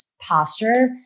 posture